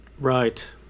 Right